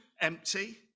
empty